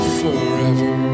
forever